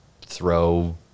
throw